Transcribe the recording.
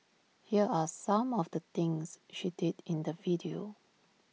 here are some of the things she did in the video